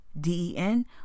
D-E-N